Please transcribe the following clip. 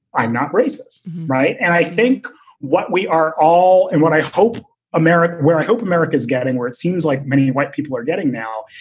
i'm not racist. right. and i think what we are all and what i hope america, where i hope america is getting, where it seems like many white people are getting now,